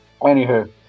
Anywho